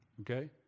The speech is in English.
Okay